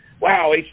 wow